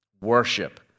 worship